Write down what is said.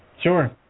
Sure